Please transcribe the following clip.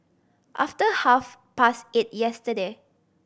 after half past eight yesterday